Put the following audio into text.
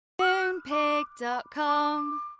Moonpig.com